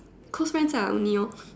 close friends lah only orh